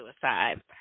suicide